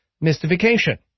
mystification